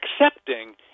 accepting